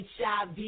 HIV